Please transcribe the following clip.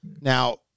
Now